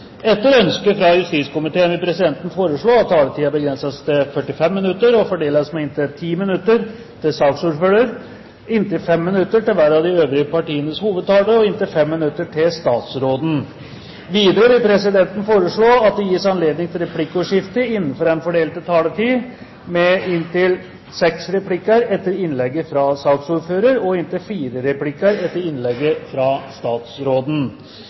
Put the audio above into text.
Etter ønske fra justiskomiteen vil presidenten foreslå at taletiden begrenses til 45 minutter og fordeles med inntil 10 minutter til saksordføreren, inntil 5 minutter til hver av de øvrige partienes hovedtalere og inntil 5 minutter til statsråden. Videre vil presidenten foreslå at det gis anledning til replikkordskifte på inntil seks replikker etter innlegget fra saksordføreren og inntil fire replikker etter innlegget fra statsråden